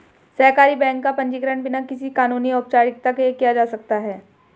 सहकारी बैंक का पंजीकरण बिना किसी कानूनी औपचारिकता के किया जा सकता है